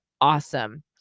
awesome